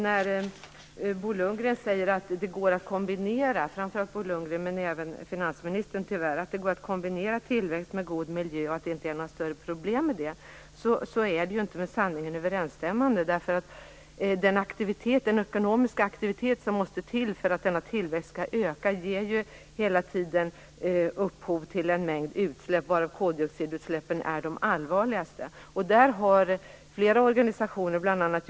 När Bo Lundgren - framför allt Bo Lundgren men tyvärr även finansministern - säger att det går att kombinera tillväxt med god miljö utan några större problem är inte det med sanningen överensstämmande. Den ekonomiska aktivitet som måste till för att tillväxten skall öka ger ju hela tiden upphov till en mängd utsläpp, varav koldioxidutsläppen är de allvarligaste. Flera organisationer, bl.a.